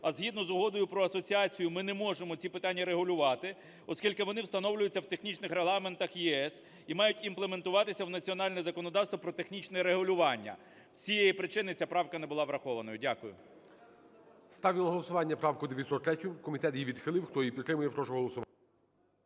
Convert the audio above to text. а згідно з Угодою про асоціацію ми не можемо ці питання регулювати, оскільки вони встановлюються в технічних регламентах ЄС і мають імплементуватися в національне законодавство про технічне регулювання, з цієї причини ця правка не була врахованою. Дякую.